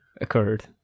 occurred